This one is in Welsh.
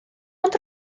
ond